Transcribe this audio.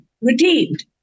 redeemed